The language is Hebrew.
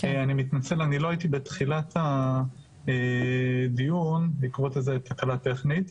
אני מתנצל אני לא הייתי בתחילת הדיון בעקבות תקלה טכנית.